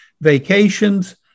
vacations